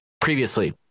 previously